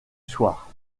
soir